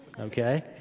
Okay